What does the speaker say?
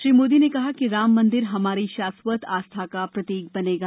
श्री मोदी ने कहा कि राम मन्दिर हमारी शाश्वत आस्था का प्रतीक बनेगा